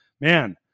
man